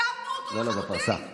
שצמצמנו אותו לחלוטין.